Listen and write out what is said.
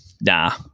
nah